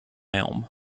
elm